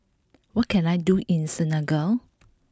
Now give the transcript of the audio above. what can I do in Senegal